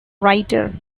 writer